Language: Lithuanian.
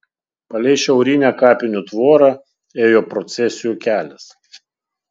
palei šiaurinę kapinių tvorą ėjo procesijų kelias